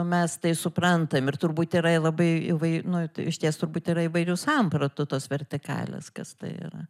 mes tai suprantam ir turbūt yra labai įvai nu tai išties turbūt yra įvairių sampratų tos vertikalės kas tai yra